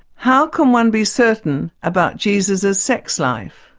how can one be certain about jesus' sex life?